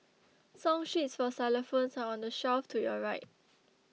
song sheets for xylophones are on the shelf to your right